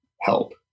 help